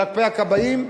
כלפי הכבאים,